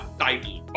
title